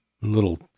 little